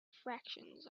fractions